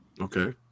Okay